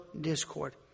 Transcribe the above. discord